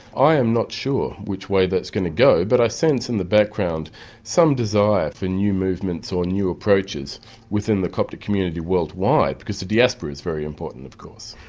i am not sure which way that's going to go but i sense in the background some desire for new movements or new approaches within the coptic community worldwide, because the diaspora's very important of course.